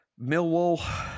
Millwall